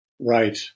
Right